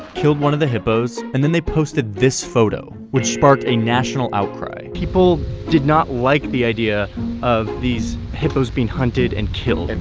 killed one of the hippos and then they posted this photo, which sparked a national outcry. people did not like the idea of these hippos being hunted and killed. and